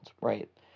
right